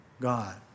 God